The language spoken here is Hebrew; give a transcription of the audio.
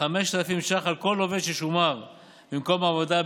5,000 ש"ח על כל עובד ששומר במקום העבודה,